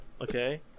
Okay